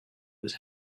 was